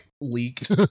leaked